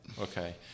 Okay